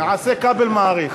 נעשה כבל מאריך.